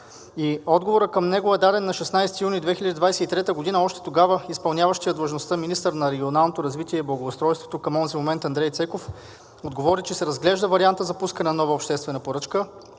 и отговорът към него е даден на 16 юни 2023 г. Още тогава изпълняващият длъжността министър на регионалното развитие и благоустройството към онзи момент – Андрей Цеков, отговори, че се разглежда вариантът за пускане на нова обществена поръчка.